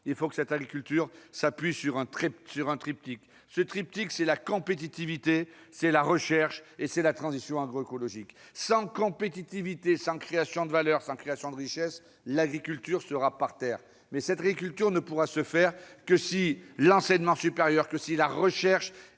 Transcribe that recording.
il faut que celle-ci s'appuie sur un triptyque : la compétitivité, la recherche et la transition agroécologique. Sans compétitivité, sans création de valeur, sans création de richesses, l'agriculture sera par terre. Mais cette agriculture ne pourra se faire que si l'enseignement supérieur et la recherche